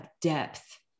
depth